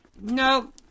No